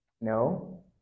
No